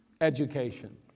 Education